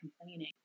complaining